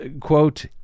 quote